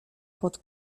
pod